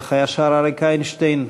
איך היה שר אריק איינשטיין?